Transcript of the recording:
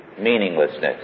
meaninglessness